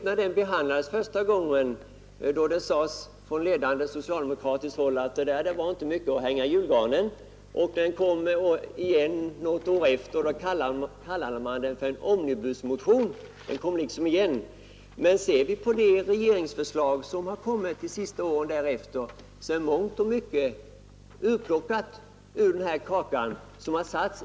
När den första gången behandlades sades det från socialdemokratiskt håll att den inte var mycket att hänga i julgranen. Då den återkom något år senare kallade man den för en omnibusmotion. Men ser man på de regeringsförslag som har kommit de senaste åren så finner man att mångt och mycket är upplockat ur den kakan.